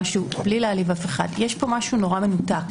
בלי להעליב אף אחד יש פה משהו נורא מנותק.